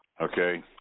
Okay